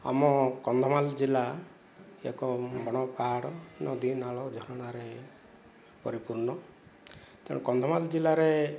ଆମ କନ୍ଧମାଲ ଜିଲ୍ଲା ଏକ ବନ ପାହାଡ଼ ନଦୀ ନାଳ ଝରଣାରେ ପରିପୂର୍ଣ୍ଣ ତେଣୁ କନ୍ଧମାଳ ଜିଲ୍ଲାରେ